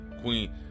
Queen